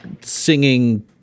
singing